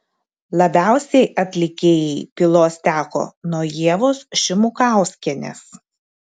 labiausiai atlikėjai pylos teko nuo ievos šimukauskienės